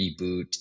reboot